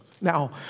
Now